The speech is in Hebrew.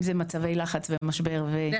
אם זה מצבי לחץ ומשבר ומניעת אובדנות.